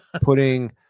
putting